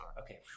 Okay